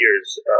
years